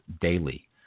daily